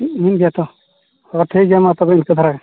ᱤᱧ ᱡᱚᱛᱚ ᱦᱚᱸ ᱴᱷᱤᱠ ᱜᱮᱭᱟ ᱢᱟ ᱛᱚᱵᱮ ᱤᱱᱠᱟᱹ ᱫᱷᱟᱨᱟ ᱜᱮ